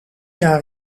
jaar